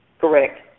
Correct